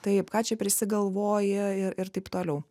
taip ką čia prisigalvoji ir taip toliau